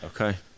Okay